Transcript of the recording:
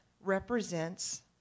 represents